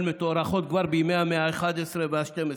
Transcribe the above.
מתוארכות כבר בימי המאה ה-11 וה-12,